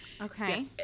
Okay